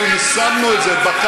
אנחנו יישמנו את זה בכלכלה,